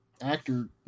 actor